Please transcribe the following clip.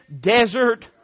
desert